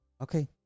Okay